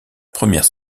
première